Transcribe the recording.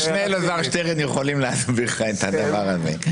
שני אלעזר שטרן יכולים להסביר לך את הדבר הזה.